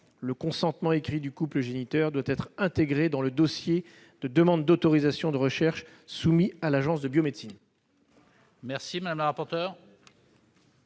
le consentement écrit du couple géniteur doit être intégré dans le dossier de demande d'autorisation de recherche soumis à l'Agence. Quel